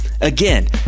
Again